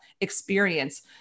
experience